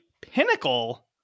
pinnacle